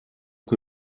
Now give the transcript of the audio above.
que